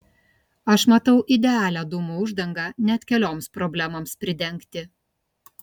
aš matau idealią dūmų uždangą net kelioms problemoms pridengti